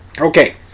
Okay